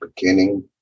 beginning